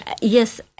yes